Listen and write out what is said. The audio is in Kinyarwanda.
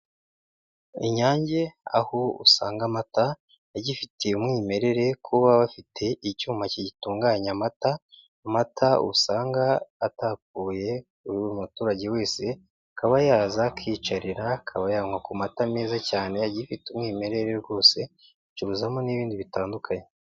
Inyange aho usanga amata agifitiye umwimerere kuko baba bafite icyuma gitunganya amata, amata usanga atapfuye buri muturage wese akaba yaza akiyicarira akaba yanywa ku mata meza cyane agifite umwimerere rwose, bacuruzamo n'ibindi bitandukanye.